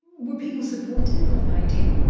where people supportive of the idea?